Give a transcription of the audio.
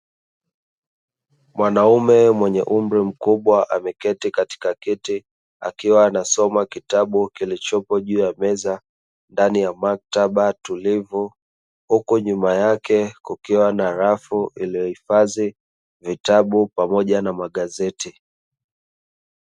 Mwanaume mwenye umri mkubwa, ameketi katika kiti akiwa anasoma kitabu kilichopo juu ya meza, ndani ya maktaba tulivu, huku nyuma yake kukiwa na rafu iliyohifadhi vitabu pamoja na magazeti.